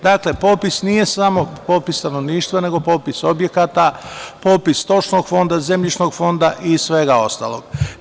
Dakle, popis nije samo popis stanovništva, nego popis objekata, popis stočnog fonda, zemljišnog fonda i svega ostalog.